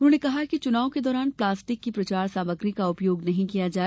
उन्होंने कहा है कि चुनाव के दौरान प्लास्टिक की प्रचार सामग्री का उपयोग नहीं किया जाए